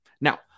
Now